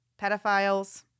pedophiles